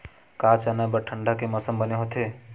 का चना बर ठंडा के मौसम बने होथे?